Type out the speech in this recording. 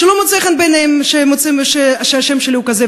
שלא מוצא חן בעיניהם שהשם שלי הוא כזה,